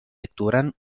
actuaran